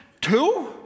two